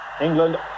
England